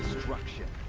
destruction!